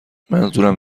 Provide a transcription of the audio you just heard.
منظورم